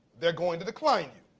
they're going to decline you.